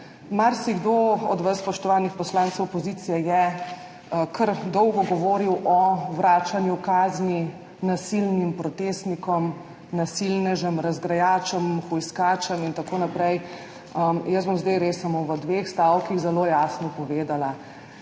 marsikdo od vas, spoštovanih poslancev opozicije, je kar dolgo govoril o vračanju kazni nasilnim protestnikom, nasilnežem, razgrajačem, hujskačem in tako naprej. Zdaj bom res v samo dveh stavkih zelo jasno povedala